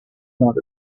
not